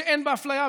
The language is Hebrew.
שאין בה אפליה,